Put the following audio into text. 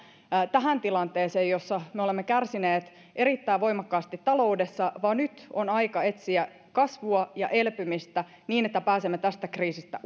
tähän tilanteeseen jossa me olemme kärsineet erittäin voimakkaasti taloudessa vaan nyt on aika etsiä kasvua ja elpymistä niin että pääsemme tästä kriisistä